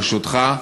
ברשותך,